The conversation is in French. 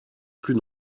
plus